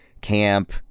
camp